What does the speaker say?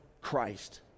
Christ